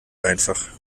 einfach